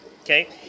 Okay